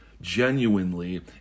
genuinely